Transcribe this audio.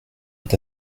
est